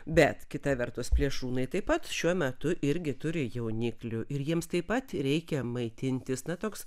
bet kita vertus plėšrūnai taip pat šiuo metu irgi turi jauniklių ir jiems taip pat reikia maitintis na toks